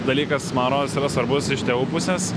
dalykas man rodos yra svarbus iš tėvų pusės